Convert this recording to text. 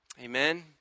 Amen